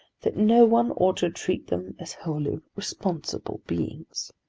that no one ought to treat them as wholly responsible beings.